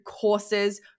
courses